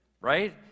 Right